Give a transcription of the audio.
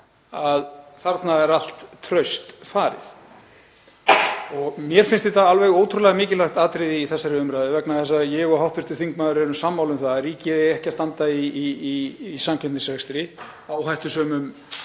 að þarna er allt traust farið. Mér finnst þetta alveg ótrúlega mikilvægt atriði í þessari umræðu vegna þess að ég og hv. þingmaður erum sammála um að ríkið eigi ekki að standa í samkeppnisrekstri, áhættusömum